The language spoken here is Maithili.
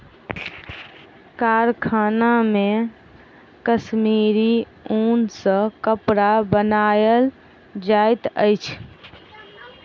कारखाना मे कश्मीरी ऊन सॅ कपड़ा बनायल जाइत अछि